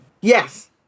Yes